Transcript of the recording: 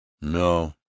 No